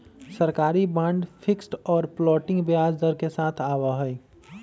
सरकारी bond fixed और floating ब्याज दर के साथ आवा हई